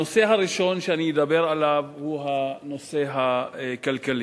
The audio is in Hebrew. הנושא הראשון שאני אדבר עליו הוא הנושא הכלכלי.